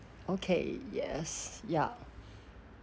okay yes yup